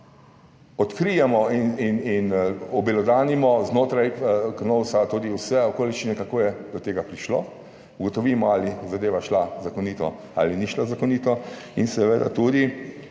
odkrijemo in obelodanimo znotraj KNOVS tudi vse okoliščine, kako je do tega prišlo, ugotovimo, ali je zadeva šla zakonito ali ni šla zakonito, in seveda tudi,